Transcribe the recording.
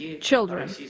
children